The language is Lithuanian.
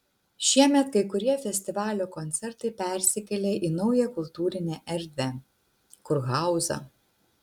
šiemet kai kurie festivalio koncertai persikėlė į naują kultūrinę erdvę kurhauzą